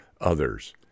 others